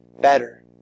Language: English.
better